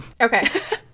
Okay